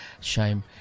Shame